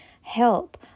help